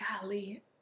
golly